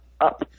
up